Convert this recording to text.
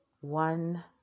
one